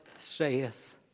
saith